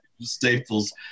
Staples